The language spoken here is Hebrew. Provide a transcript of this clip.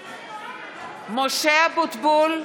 (קוראת בשמות חברי הכנסת) משה אבוטבול,